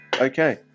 okay